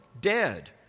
dead